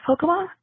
Pokemon